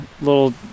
little